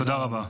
תודה רבה.